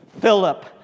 Philip